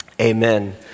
amen